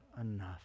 enough